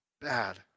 bad